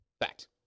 Fact